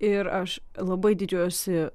ir aš labai didžiuojuosi